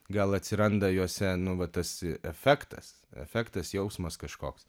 gal atsiranda juose nu va tas efektas efektas jausmas kažkoks